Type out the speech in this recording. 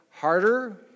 harder